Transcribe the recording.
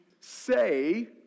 say